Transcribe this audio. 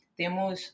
temos